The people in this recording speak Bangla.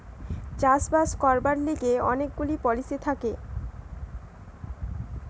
চাষ বাস করবার লিগে অনেক গুলা পলিসি থাকে